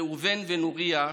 ראובן ונוריה,